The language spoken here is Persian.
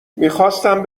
میخواستم